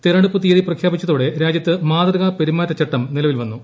തെരഞ്ഞെടുപ്പ് തീയതി പ്രപ്പ്ഖ്യാപിച്ചതോടെ രാജ്യത്ത് മാതൃകാ പെരുമാറ്റചട്ടം നിലവിൽ വന്നു